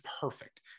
perfect